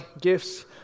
gifts